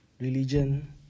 religion